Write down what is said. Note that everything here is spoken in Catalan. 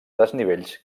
desnivells